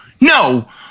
no